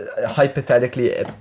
hypothetically